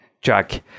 Jack